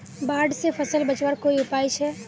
बाढ़ से फसल बचवार कोई उपाय छे?